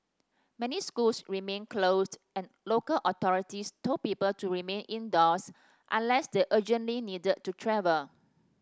many schools remained closed and local authorities told people to remain indoors unless they urgently needed to travel